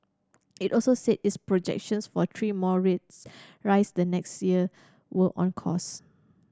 it also said its projections for three more rates rise the next year were on course